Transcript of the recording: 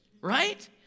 right